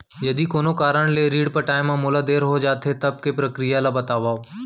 यदि कोनो कारन ले ऋण पटाय मा मोला देर हो जाथे, तब के प्रक्रिया ला बतावव